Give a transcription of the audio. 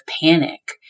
panic